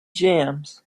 jams